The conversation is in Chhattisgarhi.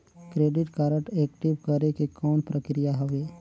क्रेडिट कारड एक्टिव करे के कौन प्रक्रिया हवे?